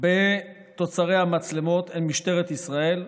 בתוצרי המצלמות הם משטרת ישראל,